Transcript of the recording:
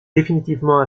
définitivement